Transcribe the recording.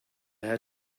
had